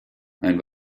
ein